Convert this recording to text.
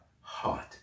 heart